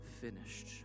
finished